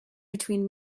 between